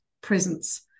presence